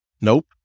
Nope